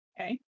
Okay